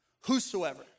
Whosoever